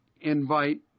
invite